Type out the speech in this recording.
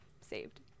saved